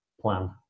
plan